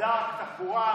בדק תחבורה,